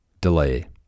delay